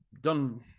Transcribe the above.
done